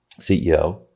CEO